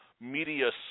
media